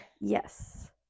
Yes